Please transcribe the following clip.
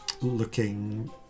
looking